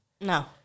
no